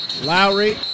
Lowry